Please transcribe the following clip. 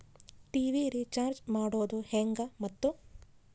TV recharge ಮಾಡೋದು ಹೆಂಗ ಮತ್ತು?